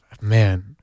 man